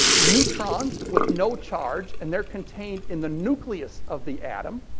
neutrons, with no change. and they're contained in the nucleus of the atom.